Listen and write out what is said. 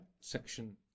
Section